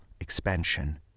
expansion